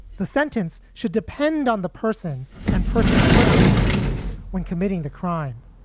the sentence should depend on the person and person's circumstances when committing the crime.